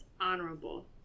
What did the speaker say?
honorable